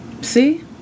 See